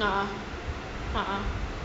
ah ah ah ah